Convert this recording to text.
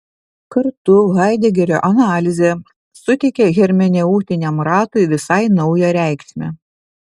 kartu haidegerio analizė suteikia hermeneutiniam ratui visai naują reikšmę